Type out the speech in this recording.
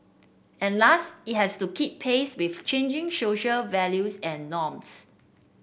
and last it has to keep pace with changing social values and norms